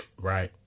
Right